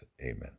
Amen